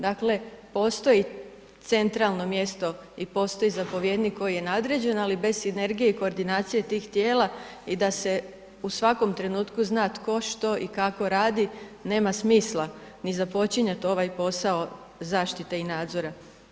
Dakle, postoji centralno mjesto i postoji zapovjednik koji je nadređen ali bez sinergije i koordinacije tih tijela i da se u svakom trenutku zna tko, što i kako radi nema smisla ni započinjat ovaj posao zaštite i nadzora.